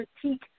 critique